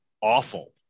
awful